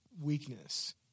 weakness